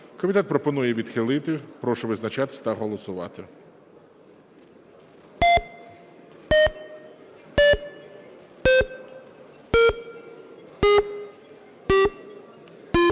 Комітет пропонує її відхилити. Прошу визначатися та голосувати.